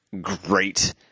great